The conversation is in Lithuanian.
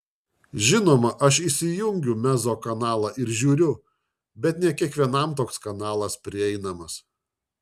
žinoma aš įsijungiu mezzo kanalą ir žiūriu bet ne kiekvienam toks kanalas prieinamas